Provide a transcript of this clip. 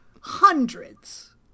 hundreds